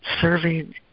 serving